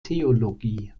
theologie